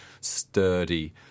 sturdy